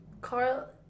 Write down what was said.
Carl